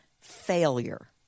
failure